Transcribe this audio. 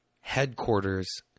headquarters